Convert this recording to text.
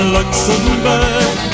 Luxembourg